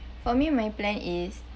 for me my plan is